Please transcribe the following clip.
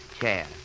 chair